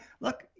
look